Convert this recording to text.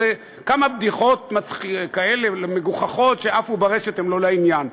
אז כמה בדיחות כאלה מגוחכות שעפו ברשת הן לא לעניין.